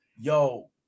yo